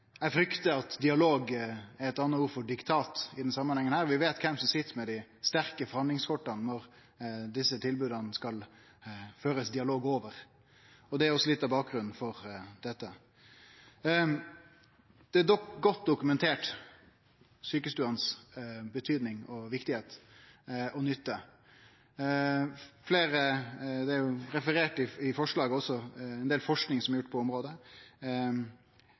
Eg fryktar at dialog er eit anna ord for diktat i denne samanhengen. Vi veit kven som sit med dei sterke forhandlingskorta når ein skal føre dialog om desse tilboda, og det er også litt av bakgrunnen for dette. Sjukestuenes betydning, viktigheit og nytte er godt dokumentert. Det er i forslaget også referert til ein del forsking som er gjort på området.